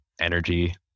energy